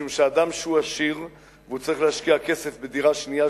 משום שאדם שהוא עשיר והוא צריך להשקיע כסף בדירה שנייה,